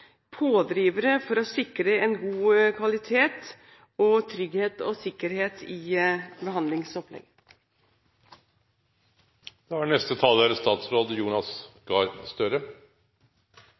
pådrivere for å sikre en god kvalitet og trygghet og sikkerhet i